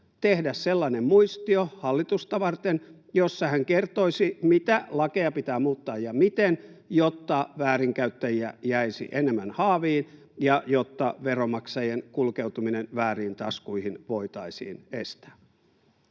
tehdä sellainen muistio hallitusta varten, jossa hän kertoisi, mitä lakeja pitää muuttaa ja miten, jotta väärinkäyttäjiä jäisi enemmän haaviin ja jotta veronmaksajien rahojen kulkeutuminen vääriin taskuihin voitaisiin estää?